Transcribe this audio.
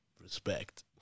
Respect